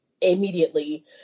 immediately